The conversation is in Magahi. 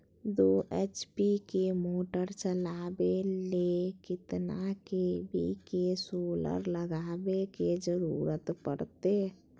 दो एच.पी के मोटर चलावे ले कितना के.वी के सोलर लगावे के जरूरत पड़ते?